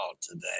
today